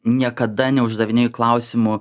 niekada neuždavinėju klausimų